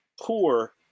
poor